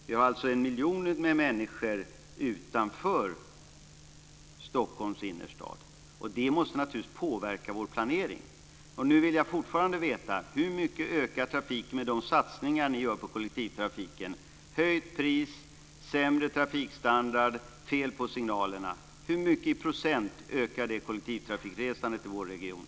Vi har en miljon människor utanför Stockholms innerstad, och det måste naturligtvis påverka vår planering.